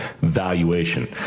valuation